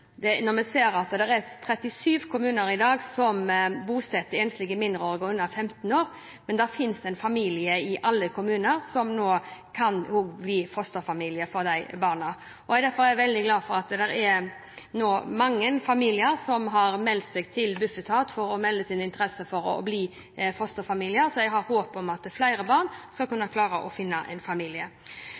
nytt når det gjelder bosetting av disse. Vi ser at det er 37 kommuner i dag som bosetter enslige mindreårige under 15 år, men det fins en familie i alle kommuner som kan og vil bli fosterfamilie for de barna. Jeg er veldig glad for at det nå er mange familier som har kontaktet Bufetat for å melde sin interesse for å bli fosterfamilie, så jeg har håp om at vi skal kunne klare å finne en familie